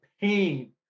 pain